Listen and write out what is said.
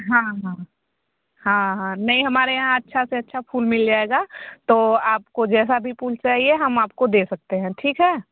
हाँ हाँ हाँ हाँ नहीं हमारे यहाँ अच्छा से अच्छा फूल मिल जाएगा तो आपको जैसा भी फूल चाहिए हम आपको दे सकते हैं ठीक है